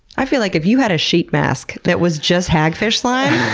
i feel like if you had a sheet mask that was just hagfish slime,